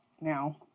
now